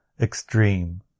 extreme